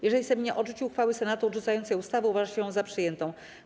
Jeżeli Sejm nie odrzuci uchwały Senatu odrzucającej ustawę, uważa się ją za przyjętą.